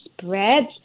spreads